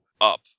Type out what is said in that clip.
up